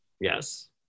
Yes